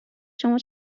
شما